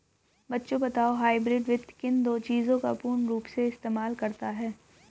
बच्चों बताओ हाइब्रिड वित्त किन दो चीजों का पूर्ण रूप से इस्तेमाल करता है?